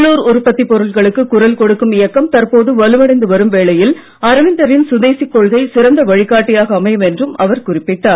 உள்ளுர் உற்பத்தி பொருட்களுக்கு குரல் கொடுக்கும் இயக்கம் தற்போது வலுவடைந்து வரும் வேளையில் அரவிந்தரின் சுதேசிக் கொள்கை சிறந்த வழிகாட்டியாக அமையும் என்றும் அவர் குறிப்பிட்டார்